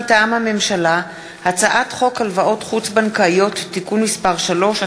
מטעם הממשלה: הצעת חוק הלוואות חוץ-בנקאיות (תיקון מס' 3),